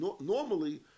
normally